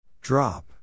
Drop